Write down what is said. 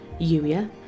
Yuya